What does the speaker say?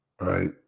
right